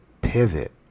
pivot